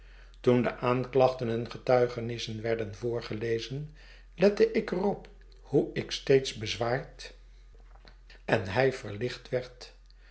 toen de aanklachten en getuigenissen werden voorgelezen lette ik er op hoe ik steeds bezwaard en hij verlicht werd